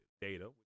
data